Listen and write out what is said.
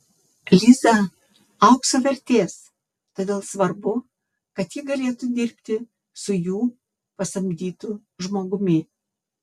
liza aukso vertės todėl svarbu kad ji galėtų dirbti su jų pasamdytu žmogumi